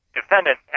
defendant